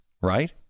right